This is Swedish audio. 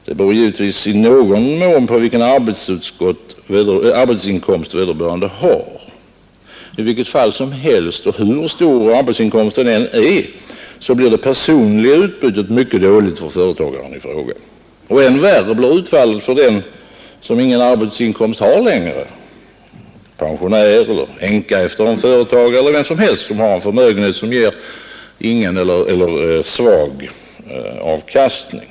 Det beror givetvis i någon mån på vilken arbetsinkomst vederbörande har. I vilket fall som helst och hur stor arbetsinkomsten än är, blir det personliga utbytet mycket dåligt för företagaren i fråga. Än värre blir utfallet för den som ingen arbetsinkomst har: en pensionär, en änka efter en företagare eller vem som helst som har en förmögenhet som ger ingen eller svag avkastning.